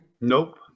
Nope